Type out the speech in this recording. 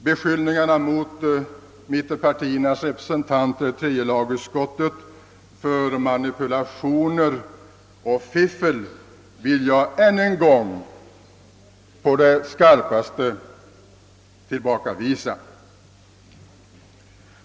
Beskyllningar mot mittenpartiernas representanter i tredje lagutskottet för manipulationer och fiffel vill jag ännu en gång tillbakavisa.